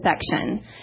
section